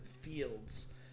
fields